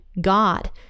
God